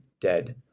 dead